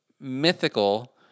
mythical